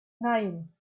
nein